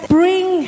bring